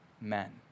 men